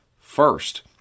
First